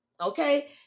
okay